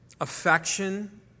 affection